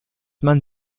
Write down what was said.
man